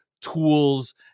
tools